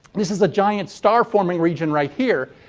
this is a giant star forming region right here.